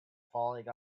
falling